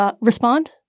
Respond